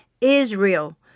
Israel